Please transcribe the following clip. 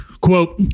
quote